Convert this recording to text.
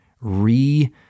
re-